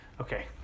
Okay